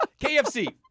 KFC